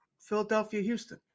Philadelphia-Houston